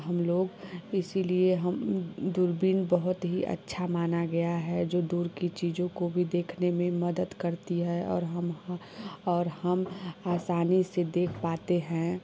हम लोग इसीलिए वह दूरबीन बहुत ही अच्छा माना गया है जो दूर की चीज़ों को भी देखने में मदद करती है और हम और हम आसानी से देख पाते हैं